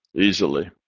easily